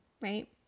right